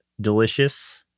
delicious